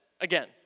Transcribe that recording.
again